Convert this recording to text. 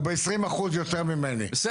הוא ב-20% יותר ממני,